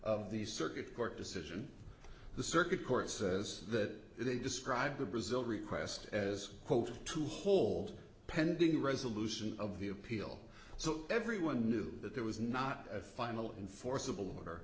of the circuit court decision the circuit court says that they describe the brazil request as quote to hold pending resolution of the appeal so everyone knew that there was not a final enforceable or